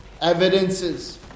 evidences